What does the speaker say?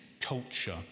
culture